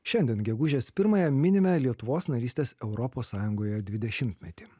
šiandien gegužės pirmąją minime lietuvos narystės europos sąjungoje dvidešimtmetį